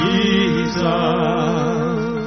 Jesus